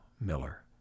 Miller